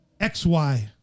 xy